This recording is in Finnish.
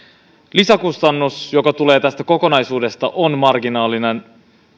lisäkustannus joka tulee tästä kokonaisuudesta on marginaalinen